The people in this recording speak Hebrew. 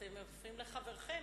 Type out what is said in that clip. אתם מפריעים לחברכם.